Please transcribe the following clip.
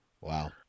Wow